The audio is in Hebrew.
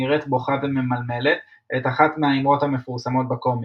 נראית בוכה וממלמלת את אחת מהאמרות המפורסמות בקומיקס,